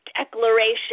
declaration